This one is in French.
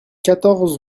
quatorze